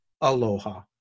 Aloha